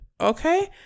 okay